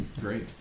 great